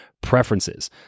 preferences